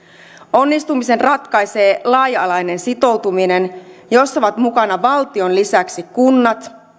onnistumisen ratkaisee laaja alainen sitoutuminen jossa ovat mukana valtion lisäksi kunnat